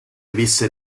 visse